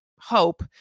hope